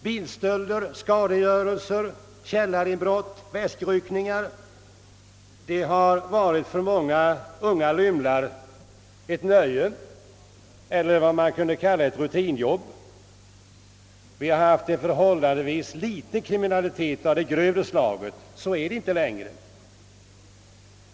Bilstölder, skadegörelse, källarinbrott, väskryckningar o.s.v. har för många unga lymlar varit ett nöje eller ett rutinjobb. Vi har haft förhållandevis liten kriminalitet av det grövre slaget. Men så är det inte längre.